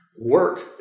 Work